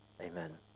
Amen